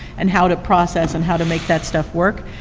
and how to process, and how to make that stuff work.